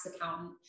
accountant